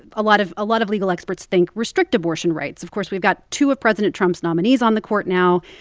ah lot of ah lot of legal experts think, restrict abortion rights. of course, we've got two of president trump's nominees on the court now.